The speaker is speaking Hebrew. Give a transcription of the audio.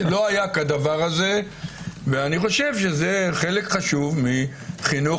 לא היה כדבר הזה וזה חלק חשוב מחינוך.